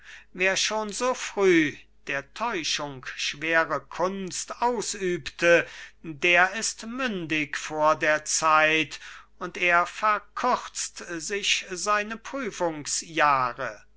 wer schon so früh der täuschung schwere kunst ausübte der ist mündig vor der zeit und er verkürzt sich seine